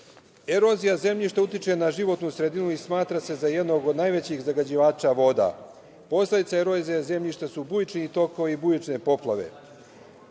zemlje. Erozija zemljišta utiče na životnu sredinu i smatra se za jednog od najvećih zagađivača voda. Posledica erozije zemljišta su bujični tokovi i bujične poplave.